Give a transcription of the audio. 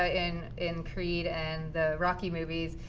ah in in creed and the rocky movies,